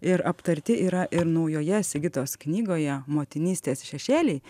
ir aptarti yra ir naujoje sigitos knygoje motinystės šešėliai